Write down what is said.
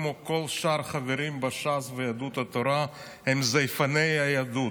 כמו כל שאר החברים בש"ס וביהדות התורה הם זייפני היהדות.